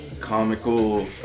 comical